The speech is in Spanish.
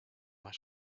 más